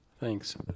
Thanks